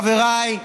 חבריי,